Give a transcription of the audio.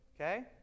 Okay